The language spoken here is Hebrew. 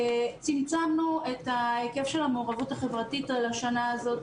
צמצמנו את ההיקף של המעורבות החברתית לשנה הזאת,